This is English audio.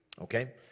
Okay